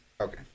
Okay